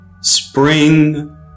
spring